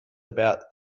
about